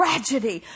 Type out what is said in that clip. Tragedy